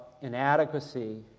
inadequacy